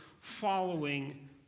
following